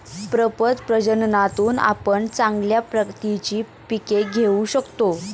प्रपद प्रजननातून आपण चांगल्या प्रतीची पिके घेऊ शकतो